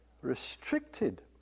restricted